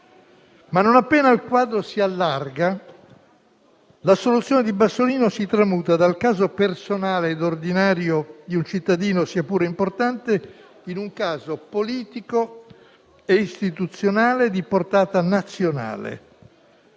non appena il quadro si allarga, l'assoluzione di Bassolino si tramuta dal caso personale e ordinario di un cittadino, sia pure importante, in un caso politico e istituzionale di portata nazionale.